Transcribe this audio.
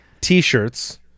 t-shirts